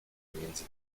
między